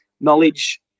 knowledge